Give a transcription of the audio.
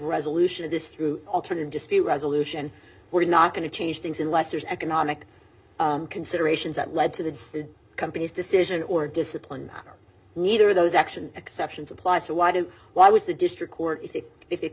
resolution of this through alternate dispute resolution we're not going to change things unless there's economic considerations that lead to the company's decision or discipline neither of those action exceptions apply so why did why was the district court if it